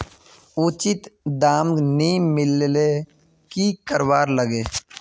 उचित दाम नि मिलले की करवार लगे?